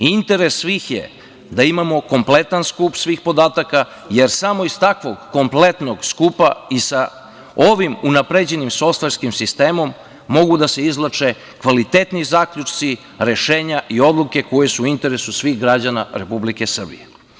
Interes svih je da imamo kompletan skup svih podataka, jer samo iz takvog kompletnog skupa i sa ovim unapređenim softverskim sistemom mogu da se izvlače kvalitetni zaključci, rešenja i odluke koje su u interesu svih građana Republike Srbije.